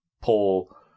Paul